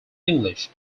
english